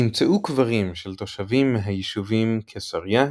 נמצאו קברים של תושבים מהיישובים קיסריה,